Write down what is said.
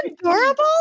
adorable